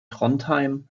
trondheim